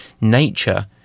nature